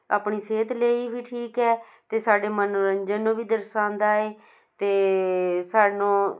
ਆਪਣੀ ਸਿਹਤ ਲਈ ਵੀ ਠੀਕ ਹੈ ਅਤੇ ਸਾਡੇ ਮਨੋਰੰਜਨ ਨੂੰ ਵੀ ਦਰਸਾਉਂਦਾ ਹੈ ਅਤੇ ਸਾਨੂੰ